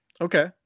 okay